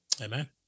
Amen